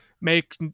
make